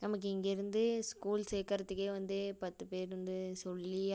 நமக்கு இங்கேயிருந்து ஸ்கூல் சேர்க்கறத்துக்கே வந்து பத்து பேர் வந்து சொல்லி